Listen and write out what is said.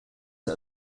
are